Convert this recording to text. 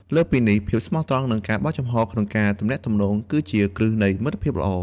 លើសពីនេះ ភាពស្មោះត្រង់ និងការបើកចំហរក្នុងការទំនាក់ទំនង គឺជាគ្រឹះនៃមិត្តភាពល្អ។